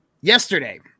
Yesterday